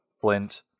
Flint